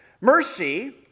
Mercy